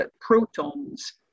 protons